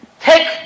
Take